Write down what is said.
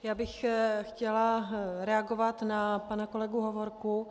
Já bych chtěla reagovat na pana kolegu Hovorku.